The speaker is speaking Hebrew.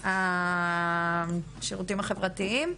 עוברת למשרד לשירותים החברתיים,